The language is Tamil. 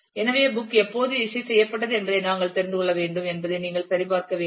எனவே புக் எப்போது இஸ்யூ செய்யப்பட்டது என்பதை நாங்கள் தெரிந்து கொள்ள வேண்டும் என்பதை நீங்கள் சரிபார்க்க வேண்டும்